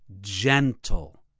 gentle